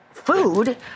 food